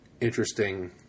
interesting